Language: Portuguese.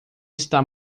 está